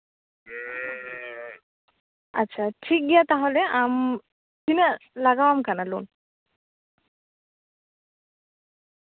ᱟᱪᱪᱷᱟ ᱴᱷᱤᱠᱜᱮᱭᱟ ᱛᱟᱦᱚᱞᱮ ᱟᱢ ᱛᱤᱱᱟᱹᱜ ᱞᱟᱜᱟᱣᱟᱢ ᱠᱟᱱᱟ ᱞᱳᱱ